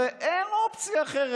הרי אין אופציה אחרת.